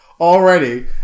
Already